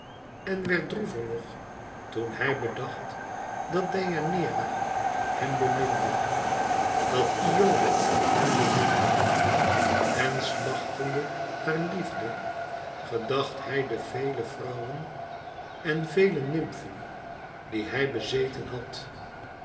en werd droever nog toen hij bedacht dat deianeira hem beminde dat iole hem beminde en smachtende naar de liefde gedacht hij de vele vrouwen en vele nymfen die hij bezeten had